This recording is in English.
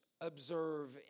observe